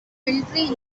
military